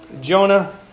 Jonah